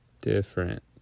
Different